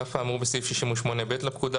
על אף האמור בסעיף 68ב לפקודה,